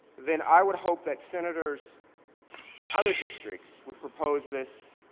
then i would hope that senators in other districts would propose this